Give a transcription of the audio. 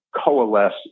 coalesce